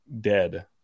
dead